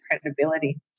credibility